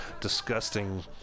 disgusting